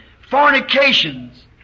fornications